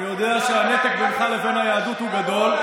אני יודע שהנתק בינך לבין היהדות הוא גדול,